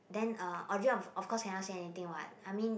then uh Audrey of of course cannot say anything [what] I mean